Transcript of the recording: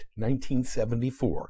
1974